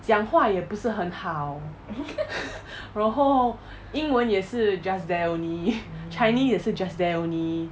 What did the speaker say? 讲话也不是很好 然后英文也是 just there only chinese 也是 just there only